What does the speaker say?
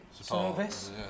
Service